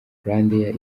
rwandair